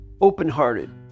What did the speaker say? open-hearted